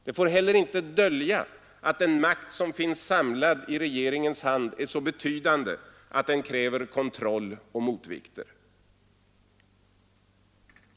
Det får heller inte dölja att den makt som finns samlad i regeringens hand är så betydande att den kräver kontroll och motvikter.